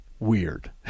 Weird